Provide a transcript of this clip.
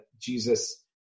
Jesus